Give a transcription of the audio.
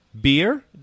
Beer